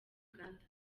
uganda